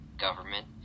government